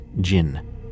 Jinn